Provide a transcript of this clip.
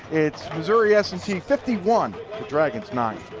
it's missouri s and t fifty one, the dragons nine.